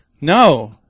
No